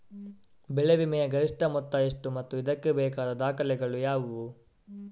ಬೆಳೆ ವಿಮೆಯ ಗರಿಷ್ಠ ಮೊತ್ತ ಎಷ್ಟು ಮತ್ತು ಇದಕ್ಕೆ ಬೇಕಾದ ದಾಖಲೆಗಳು ಯಾವುವು?